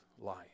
life